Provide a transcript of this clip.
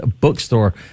bookstore